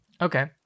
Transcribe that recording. Okay